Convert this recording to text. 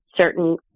certain